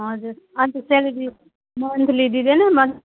हजुर अन्त salary monthly दिँदैन मन्थ